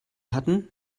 hatten